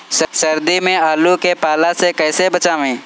सर्दी में आलू के पाला से कैसे बचावें?